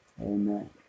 Amen